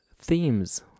themes